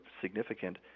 significant